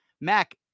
Mac